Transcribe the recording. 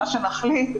מה שנחליט,